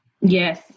Yes